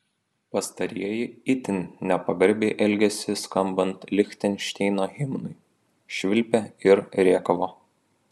pastarieji itin nepagarbiai elgėsi skambant lichtenšteino himnui švilpė ir rėkavo